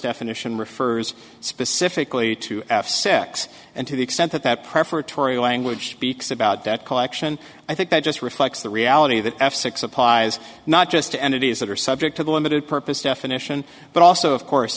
definition refers specifically to eff sex and to the extent that that prayer for tori language beeks about that collection i think that just reflects the reality that f six applies not just to entities that are subject to the limited purpose definition but also of course